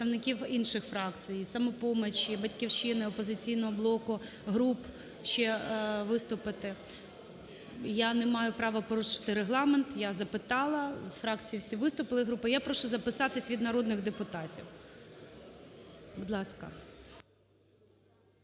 Я не маю права порушити Регламент, я запитала, фракції всі виступили і групи. Я прошу записатись від народних депутатів. Будь ласка.